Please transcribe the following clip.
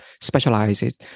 specializes